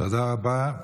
תודה רבה.